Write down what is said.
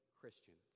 Christians